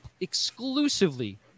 exclusively